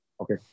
okay